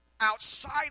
outside